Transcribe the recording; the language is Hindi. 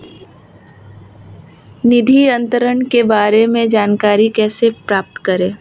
निधि अंतरण के बारे में जानकारी कैसे प्राप्त करें?